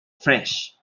french